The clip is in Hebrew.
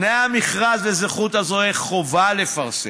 את תנאי המכרז וזהות הזוכה חובה לפרסם,